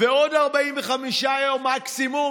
ועוד 45 יום מקסימום?